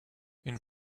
une